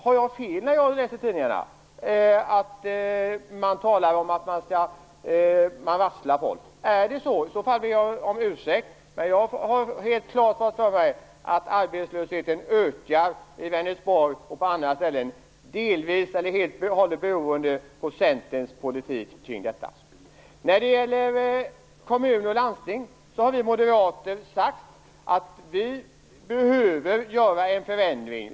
Har jag läst fel i tidningarna om att man varslar folk? Om det är så ber jag om ursäkt, men jag har fått för mig att arbetslösheten ökar i Vänersborg och på andra ställen delvis, eller helt, beroende på Centerns politik. Vi moderater har sagt att vi behöver göra en förändring i kommuner och landsting.